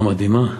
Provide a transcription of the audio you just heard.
המדהימה: